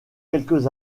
quelques